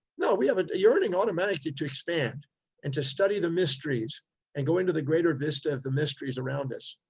no. we have a yearning automatically to expand and to study the mysteries and go into the greater vista of the mysteries around us.